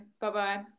Bye-bye